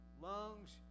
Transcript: lungs